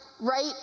right